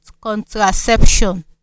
contraception